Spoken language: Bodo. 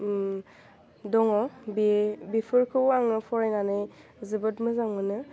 दङ बे बेफोरखौ आङो फरायनानै जोबोद मोजां मोनो